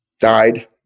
died